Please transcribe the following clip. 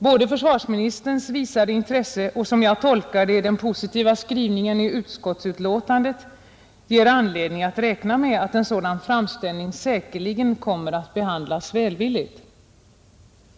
Både försvarsministerns visade intresse och, som jag tolkar det, den positiva skrivningen i utskottsbetänkandet ger anledning att räkna med att en sådan framställning säkerligen kommer att behandlas välvilligt.